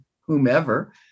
whomever